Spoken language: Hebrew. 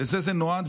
לזה זה נועד,